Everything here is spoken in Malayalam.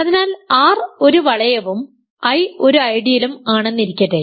അതിനാൽ R ഒരു വളയവും I ഒരു ഐഡിയലും ആണെന്നിരിക്കട്ടെ